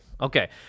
Okay